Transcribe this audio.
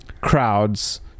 crowds